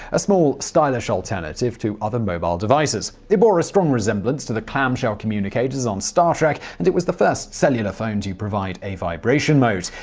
a small, stylish alternative to other mobile devices. it bore a strong resemblance to the clamshell communicators on star trek and was the first cellular phone to provide a vibration mode.